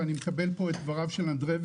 ואני מקבל פה את דבריו של אנדריי קוז'ינוב,